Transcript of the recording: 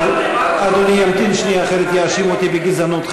אדוני ימתין שנייה, אחרת יאשימו אותי בגזענות.